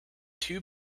two